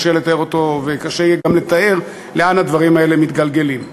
וקשה יהיה גם לתאר לאן הדברים האלה מתגלגלים.